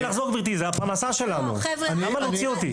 זו הפרנסה שלנו, למה להוציא אותי?